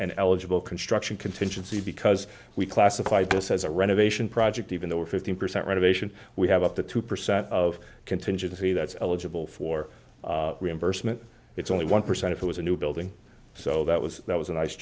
and eligible construction contingency because we classified this as a renovation project even though we're fifteen percent of patients we have up to two percent of contingency that's eligible for reimbursement it's only one percent of who has a new building so that was that was a nice